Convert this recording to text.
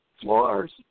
floors